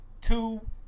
two